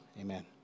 amen